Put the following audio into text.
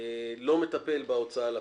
לא הייתי מטפל בהוצאה לפועל,